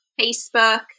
Facebook